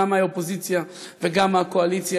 גם מהאופוזיציה וגם מהקואליציה.